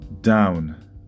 down